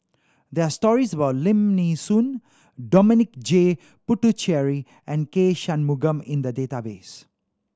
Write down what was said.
there are stories about Lim Nee Soon Dominic J Puthucheary and K Shanmugam in the database